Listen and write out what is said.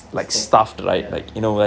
stacked ya